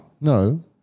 No